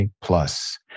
plus